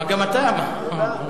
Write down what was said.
גם אתה, מה?